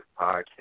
podcast